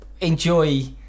enjoy